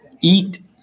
eat